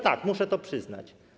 Tak, muszę to przyznać.